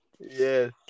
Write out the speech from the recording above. Yes